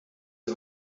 die